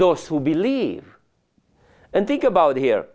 those who believe and think about here